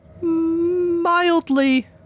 Mildly